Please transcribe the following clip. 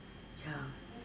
ya